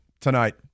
tonight